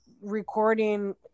recording